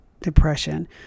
depression